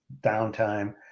downtime